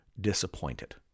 disappointed